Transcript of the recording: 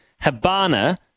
Habana